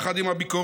יחד עם הביקורת,